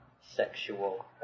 sexual